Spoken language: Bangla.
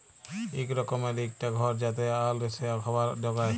ইক রকমের ইকটা ঘর যাতে আল এসে খাবার উগায়